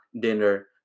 dinner